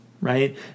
right